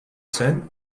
zen